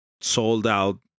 sold-out